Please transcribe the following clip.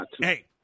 Hey